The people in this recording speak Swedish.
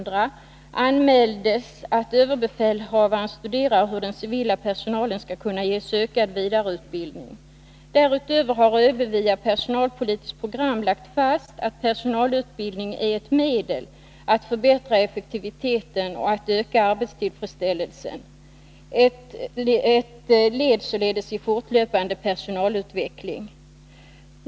Därutöver har ÖB via ett personalpolitiskt program lagt fast följande: ”Personalutbildning är ett medel att förbättra effektiviteten och att öka arbetstillfredsställelsen.” Personalutbildningen är således ett led i den fortlöpande personalutvecklingen.